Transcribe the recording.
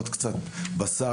עוד קצת בשר,